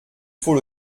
faut